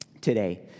today